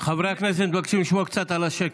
הכנסת מתבקשים לשמור קצת על השקט.